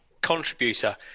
contributor